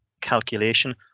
calculation